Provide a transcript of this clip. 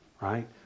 right